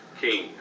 King